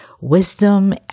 wisdom